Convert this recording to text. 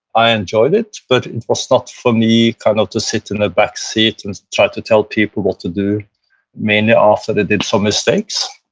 i enjoyed it, but it was not for me kind of to sit in a back seat and try to tell people what to do mainly after they did some mistakes.